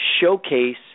showcase